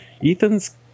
ethan's